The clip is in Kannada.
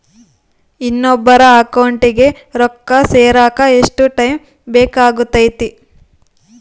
ಇನ್ನೊಬ್ಬರ ಅಕೌಂಟಿಗೆ ರೊಕ್ಕ ಸೇರಕ ಎಷ್ಟು ಟೈಮ್ ಬೇಕಾಗುತೈತಿ?